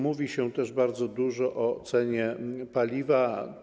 Mówi się też bardzo dużo o cenie paliwa.